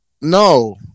No